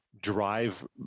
drive